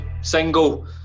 single